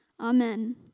Amen